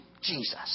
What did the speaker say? Jesus